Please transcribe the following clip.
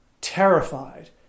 terrified